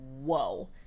whoa